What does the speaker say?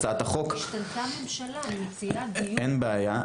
אבל השתנתה הממשלה --- אין בעיה.